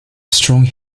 strong